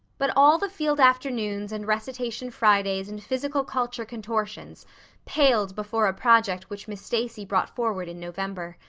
but all the field afternoons and recitation fridays and physical culture contortions paled before a project which miss stacy brought forward in november.